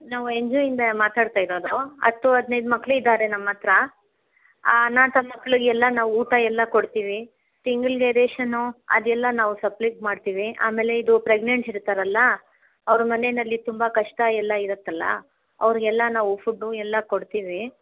ನಾವು N G O ಇಂದ ಮಾತಾಡ್ತಾಯಿರೋದು ಹತ್ತು ಹದ್ನೈದು ಮಕ್ಳು ಇದ್ದಾರೆ ನಮ್ಮ ಹತ್ರ ಆ ಅನಾಥ ಮಕ್ಳಿಗೆಲ್ಲ ನಾವು ಊಟ ಎಲ್ಲ ಕೊಡ್ತೀವಿ ತಿಂಗಳಿಗೆ ರೇಷನ್ನು ಅದೆಲ್ಲ ನಾವು ಸಪ್ಲೀಟ್ ಮಾಡ್ತೀವಿ ಆಮೇಲೆ ಇದು ಪ್ರಗ್ನೆನ್ಸ್ ಇರ್ತಾರಲ್ಲ ಅವ್ರ ಮನೆಯಲ್ಲಿ ತುಂಬ ಕಷ್ಟ ಎಲ್ಲ ಇರುತ್ತಲ್ಲ ಅವ್ರಿಗೆಲ್ಲ ನಾವು ಫುಡ್ದು ಎಲ್ಲ ಕೊಡ್ತೀವಿ